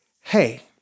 hey